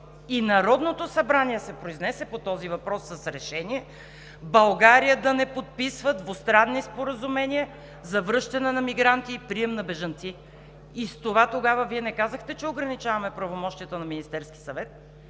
И Народното събрание се произнесе по този въпрос с решение България да не подписва двустранни споразумения за връщане на мигранти и прием на бежанци. И с това тогава Вие не казахте, че ограничаваме правомощията на Министерския съвет,